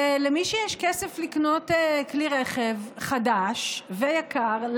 ולמי שיש כסף לקנות כלי רכב חדש ויקר,